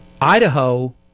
Idaho